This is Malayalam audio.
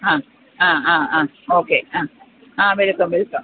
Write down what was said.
ആ ആ ആ ആ ഓക്കെ ആ ആ വെൽക്കം വെൽക്കം